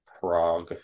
Prague